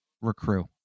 recruit